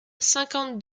cinquante